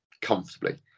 comfortably